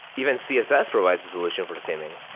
even css provides a solution for theming.